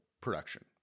production